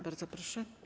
Bardzo proszę.